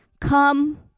come